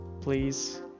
please